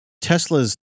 tesla's